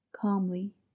calmly